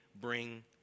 bring